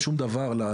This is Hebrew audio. שהוא לא משלם שום דבר.